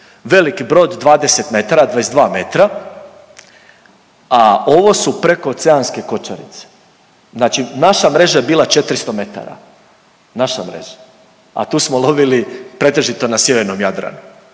Veliki brod 20 metara, 22 metra, a ovo su prekooceanske kočarice. Znači naša mreža je bila 400 metara. Naša mreža. A tu smo lovili pretežito na sjevernom Jadranu.